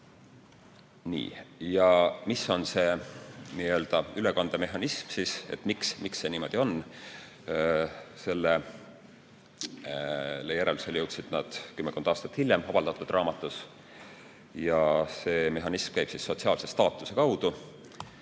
Mis on see n-ö ülekandemehhanism, miks see niimoodi on? Sellele järeldusele jõudsid nad kümmekond aastat hiljem avaldatud raamatus. See mehhanism käib sotsiaalse staatuse kaudu.